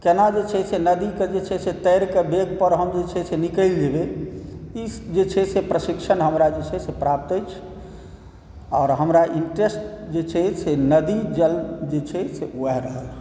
कोना जे छै से नदीके जे छै से तैर कऽ वेगपर हम निकलि जेबै ई जे छै से प्रशिक्षण हमरा जे छै से हमरा प्राप्त अछि आओर हमरा इन्टरेस्ट जे छै से नदी जल जे छै से वएह रहल